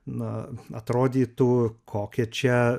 na atrodytų kokie čia